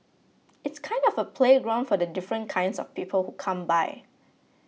it's kind of a playground for the different kinds of people who come by